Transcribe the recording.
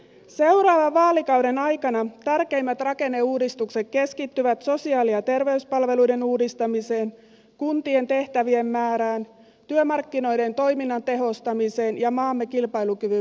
seuraavan vaalikauden aikana tärkeimmät rakenneuudistukset keskittyvät sosiaali ja terveyspalveluiden uudistamiseen kuntien tehtävien määrään työmarkkinoiden toiminnan tehostamiseen ja maamme kilpailukyvyn vahvistamiseen